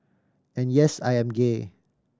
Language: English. and yes I am gay